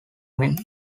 men